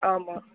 ஆமாம்